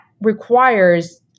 requires